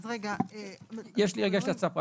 יש לי הצעה פרקטית.